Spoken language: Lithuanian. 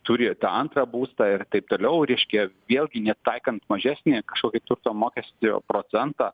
turi tą antrą būstą ir taip toliau reiškia vėlgi netaikant mažesnį kažkokį turto mokestį o procentą